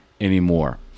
anymore